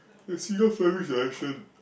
the seagull fly which direction